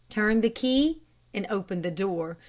turned the key and opened the door.